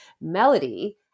Melody